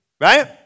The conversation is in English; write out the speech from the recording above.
Right